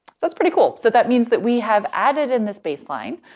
so that's pretty cool. so that means that we have added in this baseline.